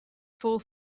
fall